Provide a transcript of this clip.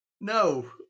No